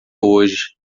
hoje